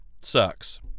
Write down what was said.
sucks